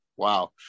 Wow